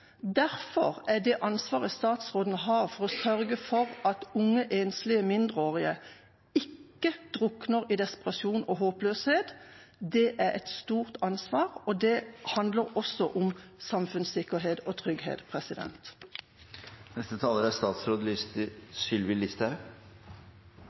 Derfor er det ansvaret statsråden har for å sørge for at enslige mindreårige ikke drukner i desperasjon og håpløshet, et stort ansvar, som også handler om samfunnssikkerhet og trygghet. Det er